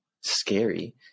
scary